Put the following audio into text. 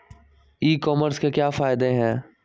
ई commerce के क्या फायदे हैं?